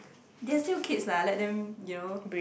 they're still kids lah let them you know